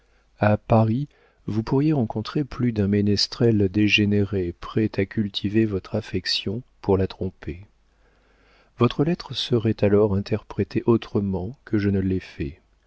à paris vous pourriez rencontrer plus d'un ménestrel dégénéré prêt à cultiver votre affection pour la tromper votre lettre serait alors interprétée autrement que je ne l'ai fait